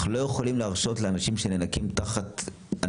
אנחנו לא יכולים להרשות את העליות הללו לאנשים שנאנקים תחת הנטל.